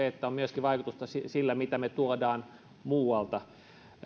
että vaikutusta on myöskin sillä mitä me tuomme muualta